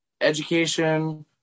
Education